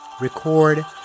record